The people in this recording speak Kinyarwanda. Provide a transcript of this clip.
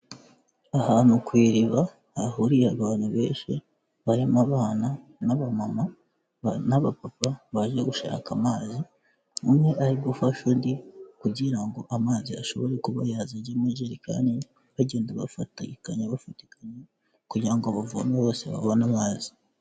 Ahantu ku iriba hahuriye abantu benshi, barimo abana n'abamama n'abapapa, baje gushaka amazi, umwe ari gufasha undi kugira ngo amazi ashobore kuba yaza ajya mu jerikani, bagenda bafatikanya, bafatikanya kugira ngo bavome bose babone amazi.